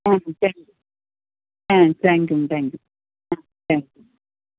ஆ சரிங்க ஆ தேங்க் யூங்க தேங்க் யூ தேங்க் யூ